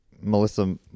Melissa